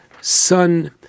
son